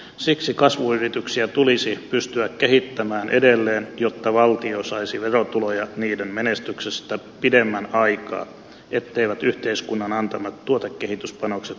siksi kasvuyrityksiä tulisi pystyä kehittämään edelleen jotta valtio saisi verotuloja niiden menestyksestä pidemmän aikaa etteivät yhteiskunnan antamat tuotekehityspanokset menisi hukkaan